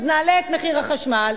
אז נעלה את מחיר החשמל,